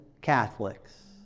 Catholics